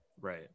Right